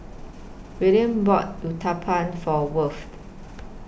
Willian bought Uthapam For Worth